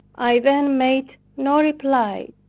i then made no reply.